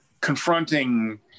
confronting